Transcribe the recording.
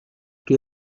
que